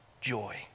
joy